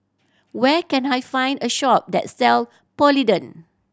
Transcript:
where can I find a shop that sell Polident